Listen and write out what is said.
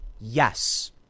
Yes